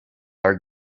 are